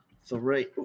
three